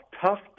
tough